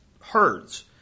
herds